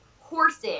horses